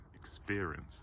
experience